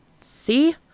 See